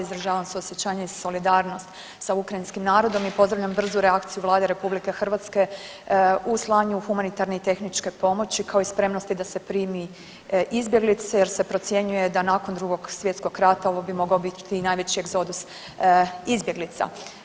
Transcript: Izražavam suosjećanje i solidarnost sa ukrajinskim narodom i pozdravljam brzu reakciju Vlade RH u slanju humanitarne i tehničke pomoći kao i spremnosti da se primi izbjeglice jer se procjenjuje da nakon II. svjetskog rata ovo bi mogao biti i najveći egzodus izbjeglica.